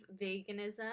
veganism